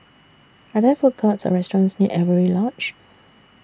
Are There Food Courts Or restaurants near Avery Lodge